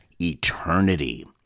Eternity